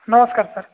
ନମସ୍କାର୍ ସାର୍